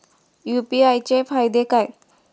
UPI चे फायदे काय?